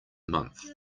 month